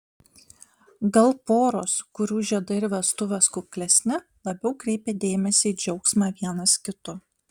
gal poros kurių žiedai ir vestuvės kuklesni labiau kreipia dėmesį į džiaugsmą vienas kitu